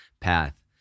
path